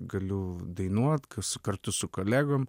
galiu dainuot kas kartu su kolegom